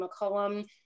McCollum